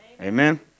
Amen